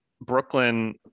Brooklyn